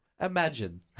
Imagine